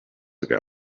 ago